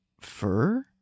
fur